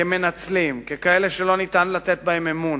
כמנצלים, ככאלה שלא ניתן לתת בהם אמון.